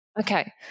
Okay